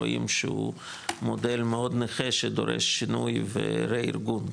רואים שהוא מודל מאוד נכה שדורש שינוי ורה-ארגון,